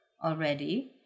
already